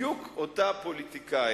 בדיוק אותה פוליטיקאית,